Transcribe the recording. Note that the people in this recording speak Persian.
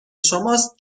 شماست